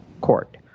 court